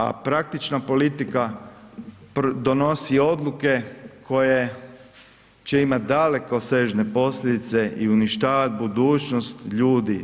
A praktična politika donosi odluke koje će imat dalekosežne posljedice i uništavat budućnost ljudi.